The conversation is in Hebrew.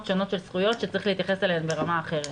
שונות של זכויות שצריך להתייחס אליהן ברמה אחרת.